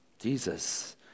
Jesus